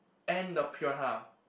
and the piranha